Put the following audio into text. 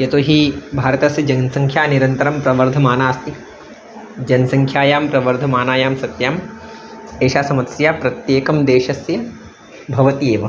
यतो हि भारतस्य जनसङ्ख्या निरन्तरं प्रवर्धमाना अस्ति जनसङ्ख्यायां प्रवर्धमानायां सत्याम् एषा समस्या प्रत्येकस्य देशस्य भवति एव